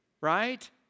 right